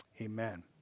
amen